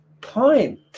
point